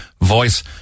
voice